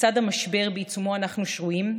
לצד המשבר שבעיצומו אנחנו שרויים,